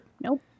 Nope